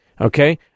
okay